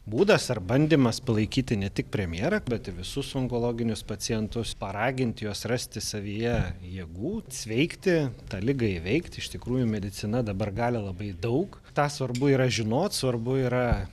būdas ar bandymas palaikyti ne tik premjerą bet visus onkologinius pacientus paraginti juos rasti savyje jėgų sveikti tą ligą įveikti iš tikrųjų medicina dabar gali labai daug tą svarbu yra žinot svarbu yra